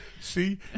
See